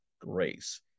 grace